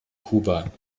kuba